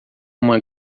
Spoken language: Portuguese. uma